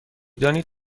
دانید